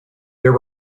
there